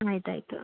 ಆಯ್ತು ಆಯಿತು